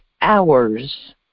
hours